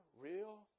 real